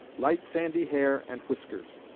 light sandy hair and whiskers.